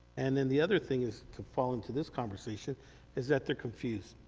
and then the other thing is to fall into this conversation is that they're confused.